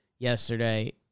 yesterday